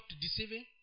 deceiving